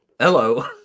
hello